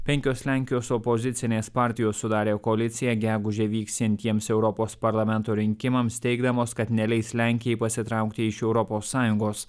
penkios lenkijos opozicinės partijos sudarė koaliciją gegužę vyksiantiems europos parlamento rinkimams teigdamos kad neleis lenkijai pasitraukti iš europos sąjungos